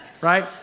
right